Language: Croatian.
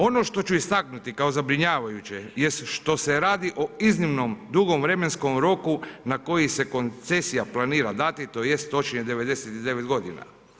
Ono što ću istaknuti kao zabrinjavajuće jest što se radi o iznimnom dugom vremenskom roku na koji se koncesija planira dati tj. točnije 99 godina.